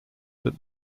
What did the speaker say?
that